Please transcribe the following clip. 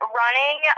running